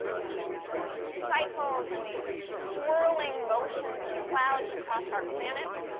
these cycles and these swirling motions of clouds across our planet,